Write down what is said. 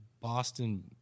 Boston